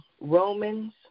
Romans